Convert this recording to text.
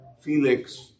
Felix